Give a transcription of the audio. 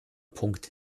punkt